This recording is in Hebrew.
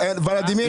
ולדימיר,